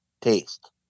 taste